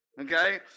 okay